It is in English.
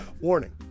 Warning